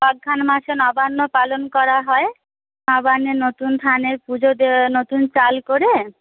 অগ্রহায়ণ মাসে নবান্ন পালন করা হয় নবান্নে নতুন ধানের পুজো নতুন চাল করে